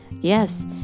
Yes